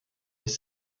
les